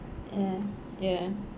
ya ya